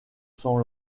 sans